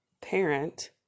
Parent